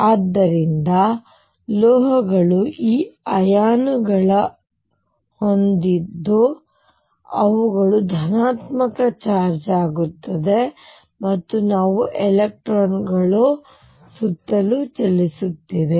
ಆದ್ದರಿಂದ ಲೋಹಗಳು ಈ ಅಯಾನುಗಳನ್ನು ಹೊಂದಲಿದ್ದು ಅವುಗಳು ಧನಾತ್ಮಕವಾಗಿ ಚಾರ್ಜ್ ಆಗುತ್ತವೆ ಮತ್ತು ನಾವು ಎಲೆಕ್ಟ್ರಾನ್ಗಳು ಸುತ್ತಲೂ ಚಲಿಸುತ್ತಿವೆ